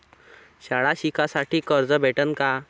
शाळा शिकासाठी कर्ज भेटन का?